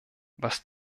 was